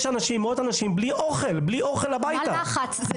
יש אנשים, מאות אנשים, בלי אוכל להביא הביתה.